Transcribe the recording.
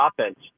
offense